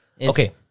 Okay